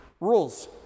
Rules